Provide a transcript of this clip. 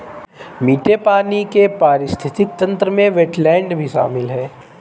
मीठे पानी के पारिस्थितिक तंत्र में वेट्लैन्ड भी शामिल है